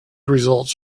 results